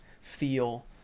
feel